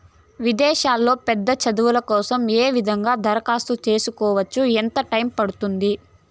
విదేశాల్లో పెద్ద చదువు కోసం ఏ విధంగా దరఖాస్తు సేసుకోవచ్చు? ఎంత టైము పడుతుంది?